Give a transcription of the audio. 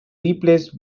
replaced